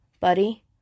Buddy